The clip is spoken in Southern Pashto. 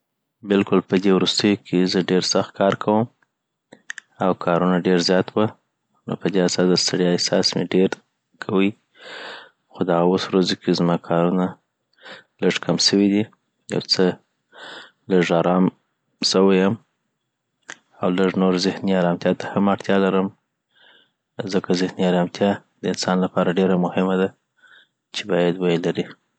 بلکل پدی او روستيو کي زه ډیر سخت کار کوم او کارونه ډیر زیات وه نو پدی اساس د ستړیا احساس مي ډیر کوي خو دغه اوس ورځو کي زما کارونه لږ کم سوی دی یو څه لږ ارام سوي یم. او لږ نور ذهني ارامتیا ته هم اړتیا لرم ځکه ذهنې ارامتیا دانسان لپاره ډېره مهمه ده چی باید ویی لري